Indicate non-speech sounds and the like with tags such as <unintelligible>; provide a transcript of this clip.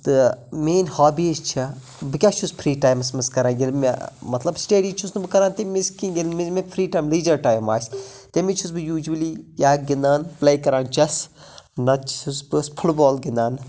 تہٕ میٲنۍ ہابیٖز چھِ بہٕ کیٛاہ چھُس فری ٹایمس منٛز کَران ییٚلہِ مےٚ مطلب سِٹیڈی چھُس نہٕ کَران تمہِ وِز کیٚنٛہہ <unintelligible> ٹایِم آسہِ تیٚمہِ وِزِ چھُس بہٕ یوٗجلؤلی یا گِنٛدان پِلے کَران چَس نتہٕ چھُس بہٕ فُٹ بال گِنٛدان